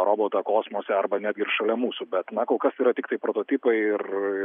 robotą kosmose arba netgi ir šalia mūsų bet na kol kas tai yra tiktai prototipai ir